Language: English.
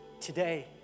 Today